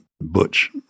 butch